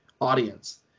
audience